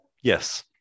Yes